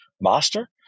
master